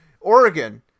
Oregon